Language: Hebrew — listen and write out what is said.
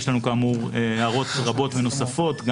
יש לנו כאמור הערות רבות ונוספות.